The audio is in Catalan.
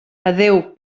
adéu